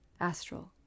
astral